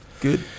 good